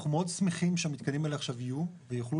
אנחנו מאוד שמחים שהמתקנים האלה עכשיו יהיו ויוכלו